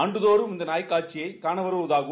ஆண்டுதோறும் இந்த நாய் கண்காட்சியை காண வருவதாகவும்